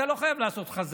אתה לא חייב לעשות חזנות,